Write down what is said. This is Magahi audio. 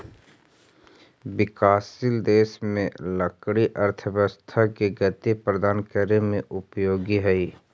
विकासशील देश में लकड़ी अर्थव्यवस्था के गति प्रदान करे में उपयोगी हइ